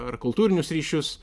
ar kultūrinius ryšius